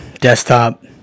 desktop